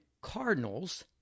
cardinals